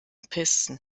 pisten